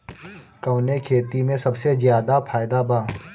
कवने खेती में सबसे ज्यादा फायदा बा?